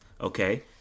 Okay